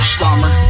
summer